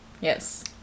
Yes